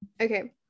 Okay